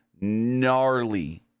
gnarly